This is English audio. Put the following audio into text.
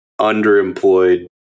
underemployed